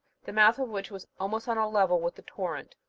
the mouth of which was almost on a level with the torrent.